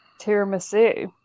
tiramisu